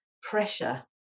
pressure